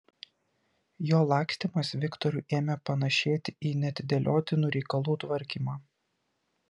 jo lakstymas viktorui ėmė panašėti į neatidėliotinų reikalų tvarkymą